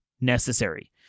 necessary